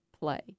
play